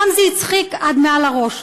אותם זה הצחיק עד מעל לראש,